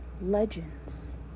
Legends